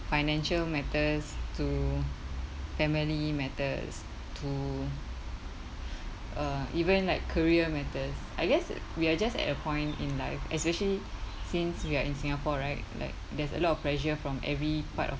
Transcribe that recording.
financial matters to family matters to uh even like career matters I guess we're just at a point in life especially since we are in singapore right like there's a lot of pressure from every part of